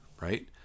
right